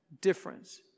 difference